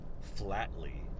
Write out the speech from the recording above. flatly